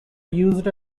used